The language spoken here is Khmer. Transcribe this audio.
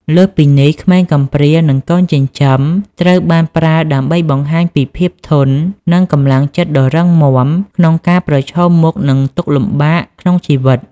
លើសពីនេះ ក្មេងកំព្រា និងកូនចិញ្ចឹមត្រូវបានប្រើដើម្បីបង្ហាញពីភាពធន់ និងកម្លាំងចិត្តដ៏រឹងមាំក្នុងការប្រឈមមុខនឹងទុក្ខលំបាកក្នុងជីវិត។